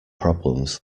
problems